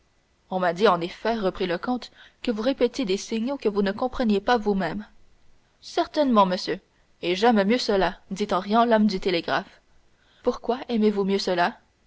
on m'a dit en effet reprit le comte que vous répétiez des signaux que vous ne compreniez pas vous-même certainement monsieur et j'aime bien mieux cela dit en riant l'homme du télégraphe pourquoi aimez-vous mieux cela